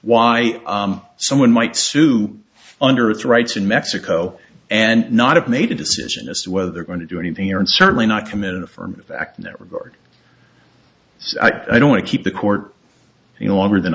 why someone might sue under its rights in mexico and not have made a decision as to whether they're going to do anything and certainly not commit an affirmative act in that regard i don't want to keep the court you no longer than